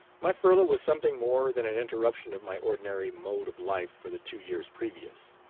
my furlough was something more than an interruption of my ordinary mode of life for the two years previous.